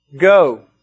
go